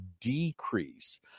decrease